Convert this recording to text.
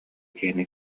киһини